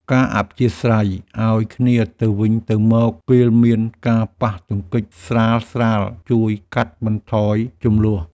ការអធ្យាស្រ័យឱ្យគ្នាទៅវិញទៅមកពេលមានការប៉ះទង្គិចស្រាលៗជួយកាត់បន្ថយជម្លោះ។